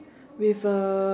with a